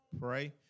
Pray